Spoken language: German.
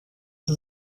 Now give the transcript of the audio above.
sie